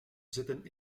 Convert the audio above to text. zitten